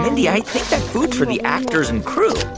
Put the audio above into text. mindy, i think that food's for the actors and crew